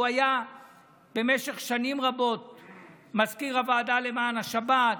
הוא היה במשך שנים רבות מזכיר הוועדה למען השבת,